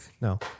No